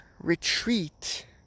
retreat